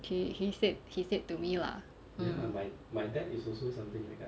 he said he said to me lah mm